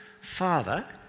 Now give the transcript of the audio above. father